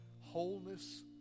wholeness